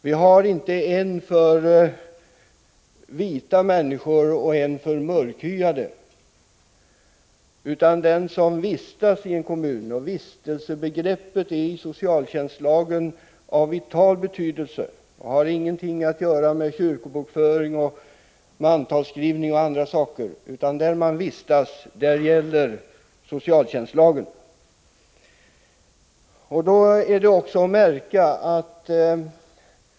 Vi har inte en för ljushyade människor och en för mörkhyade. Vistelsebegreppet är av vital betydelse i socialtjänstlagen. Kyrkobokföring, mantalsskrivning m.m. saknar betydelse. Socialtjänstlagen gäller där man vistas, det är där som ingripandet eventuellt skall ske.